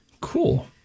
Cool